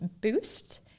Boost